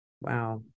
Wow